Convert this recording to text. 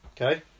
Okay